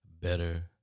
better